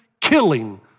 killing